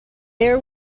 air